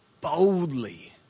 boldly